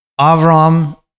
Avram